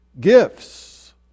gifts